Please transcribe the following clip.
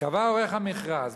"קבע עורך המכרז,